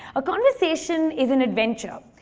a conversation is an adventure.